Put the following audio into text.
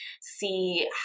see